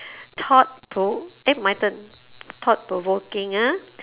thought pro~ eh my turn thought provoking ah